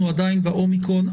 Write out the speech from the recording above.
אנחנו עדיין ב-אומיקרון,